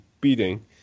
beating